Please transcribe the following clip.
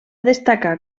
destacar